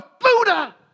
Buddha